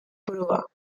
proa